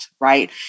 right